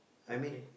okay